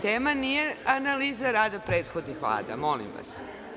Tema nije analiza rada prethodnih vlada, molim vas.